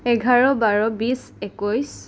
এঘাৰ বাৰ বিছ একৈছ